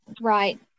right